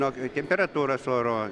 nok temperatūros oro